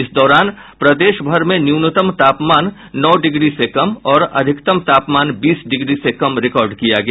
इस दौरान प्रदेशभर में न्यूनतम तापमान नौ डिग्री से कम और अधिकतम तापमान बीस डिग्री से कम रिकॉर्ड किया गया